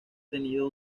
tenido